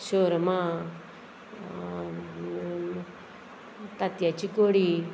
shawarma तांतयांची कडी